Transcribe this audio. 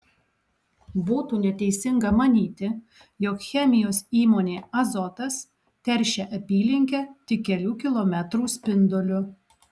būtų neteisinga manyti jog chemijos įmonė azotas teršia apylinkę tik kelių kilometrų spinduliu